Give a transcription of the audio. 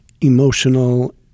emotional